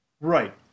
Right